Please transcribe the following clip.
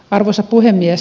arvoisa puhemies